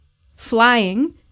flying